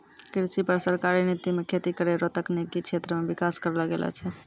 कृषि पर सरकारी नीति मे खेती करै रो तकनिकी क्षेत्र मे विकास करलो गेलो छै